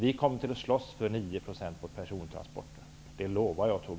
Vi kommer att slåss för 9 % moms på persontransporter. Det lovar jag